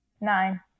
Nine